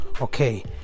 okay